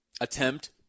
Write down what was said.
attempt